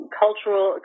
cultural